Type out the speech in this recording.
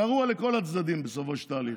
גרוע לכל הצדדים, בסופו של תהליך.